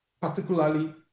particularly